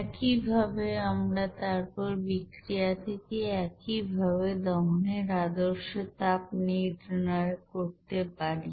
একইভাবে আমরা তারপর বিক্রিয়া থেকে একইভাবে দহনের আদর্শ তাপ নির্ণয় করতে পারি